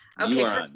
Okay